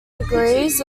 degrees